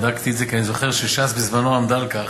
בדקתי את זה, כי אני זוכר שש"ס בזמנו עמדה על כך.